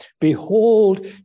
Behold